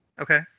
okay